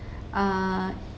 err